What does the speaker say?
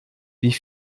wie